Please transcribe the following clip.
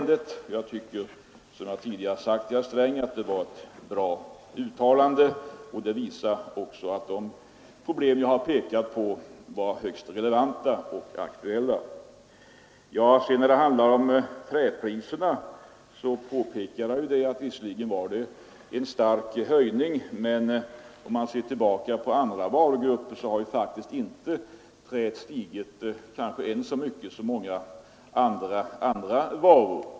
Som jag tidigare sagt till herr Sträng tycker jag att det var ett bra uttalande, och det visar att de problem jag pekat på var högst relevanta och aktuella. I fråga om träpriserna påpekade jag att det visserligen är fråga om en stark höjning. Men ser man tillbaka på andra varugrupper har träpriserna inte stigit så mycket som många andra varor.